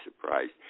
surprised